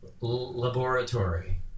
laboratory